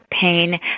pain